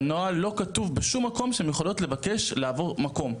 בנוהל לא כתוב בשום מקום שהן יכולות לבקש לעבור מקום.